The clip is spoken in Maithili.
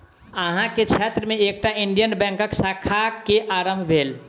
अहाँ के क्षेत्र में एकटा इंडियन बैंकक शाखा के आरम्भ भेल